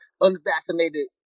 unvaccinated